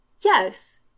Yes